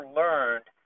learned